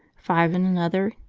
five in another,